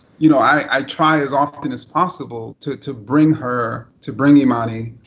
you know, i try as often as possible to to bring her, to bring imani,